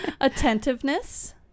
Attentiveness